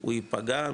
הוא יפגע,